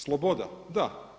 Sloboda da.